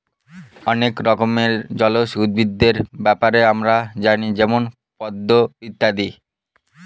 অনেক রকমের জলজ উদ্ভিদের ব্যাপারে আমরা জানি যেমন পদ্ম ইত্যাদি